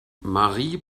marie